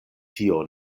tio